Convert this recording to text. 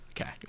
Okay